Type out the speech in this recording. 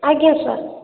ଆଜ୍ଞା ସାର୍